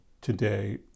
today